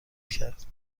کرد